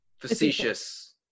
facetious